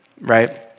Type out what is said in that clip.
right